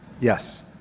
Yes